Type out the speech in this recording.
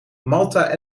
malta